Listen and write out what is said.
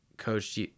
Coach